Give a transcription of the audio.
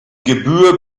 gebühr